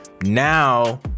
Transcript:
Now